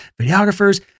videographers